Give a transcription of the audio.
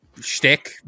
shtick